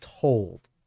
told